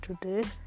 today